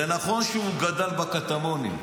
זה נכון שהוא גדל בקטמונים,